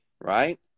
right